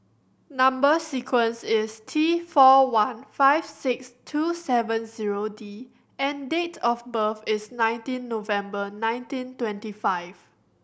number sequence is T four one five six two seven zero D and date of birth is nineteen November nineteen twenty five